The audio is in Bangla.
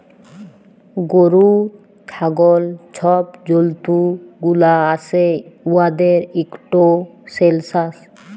গরু, ছাগল ছব জল্তুগুলা আসে উয়াদের ইকট সেলসাস